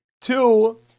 two